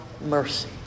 mercy